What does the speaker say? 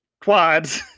quads